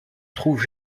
trouve